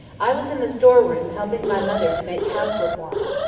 i was in the store-room helping my mother to make cowslip wine.